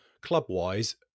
club-wise